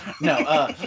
No